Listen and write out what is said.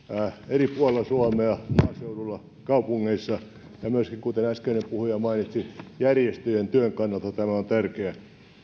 eri puolilla suomea maaseudulla kaupungeissa ja myöskin kuten äskeinen puhuja mainitsi järjestöjen työn kannalta tämä on tärkeä